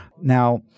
Now